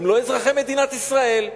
הם לא אזרחי מדינת ישראל.